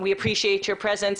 אנחנו מעריכים את הנוכחות שלך.